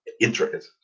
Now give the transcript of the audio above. intricate